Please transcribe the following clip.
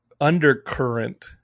undercurrent